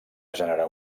generar